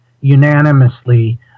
unanimously